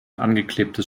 angeklebtes